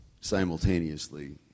simultaneously